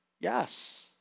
Yes